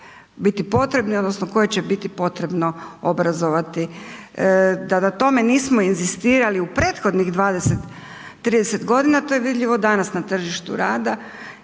biti potrebni odnosno koje će biti potrebno obrazovati. Da na tome nismo inzistirali u prethodnih 20, 30 godina to je vidljivo danas na tržištu rada.